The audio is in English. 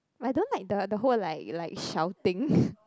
I don't like the the hall like like shouting